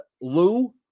Lou